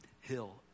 hill